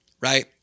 right